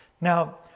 Now